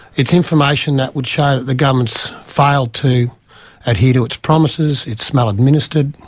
it's information that would show that the government's failed to adhere to its promises, it's maladministered,